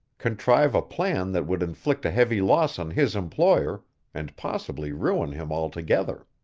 contrive a plan that would inflict a heavy loss on his employer and possibly ruin him altogether.